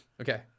Okay